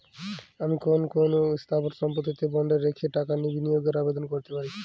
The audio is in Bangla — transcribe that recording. আমি কোন কোন স্থাবর সম্পত্তিকে বন্ডে রেখে টাকা বিনিয়োগের আবেদন করতে পারি?